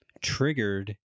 triggered